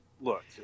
Look